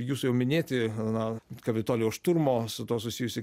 jūsų jau minėti na kapitolijaus šturmo su tuo susijusi